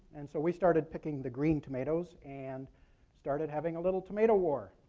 and so we started picking the green tomatoes and started having a little tomato war.